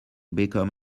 become